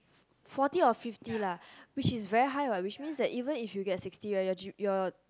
forty and fifty lah which is very high what which mean that even you get sixty your G_P